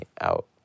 out